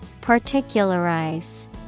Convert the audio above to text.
Particularize